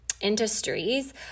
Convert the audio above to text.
industries